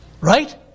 Right